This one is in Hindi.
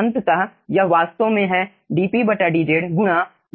अंततः यह वास्तव में है dpdz गुणा dxdp है